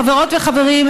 חברות וחברים,